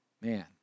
Man